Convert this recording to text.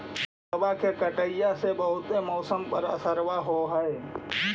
पेड़बा के कटईया से से बहुते मौसमा पर असरबा हो है?